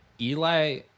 Eli